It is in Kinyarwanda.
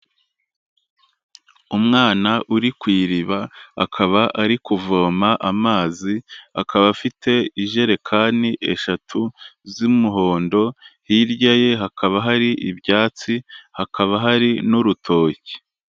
Umwana uri ku iriba akaba ari kuvoma amazi, akaba afite ijerekani eshatu z'umuhondo, hirya ye hakaba hari ibyatsi hakaba hari n'urutoki.